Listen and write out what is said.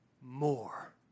more